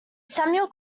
samuel